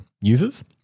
users